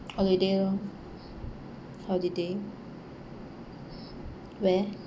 holiday lor holiday where